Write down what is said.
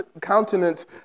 countenance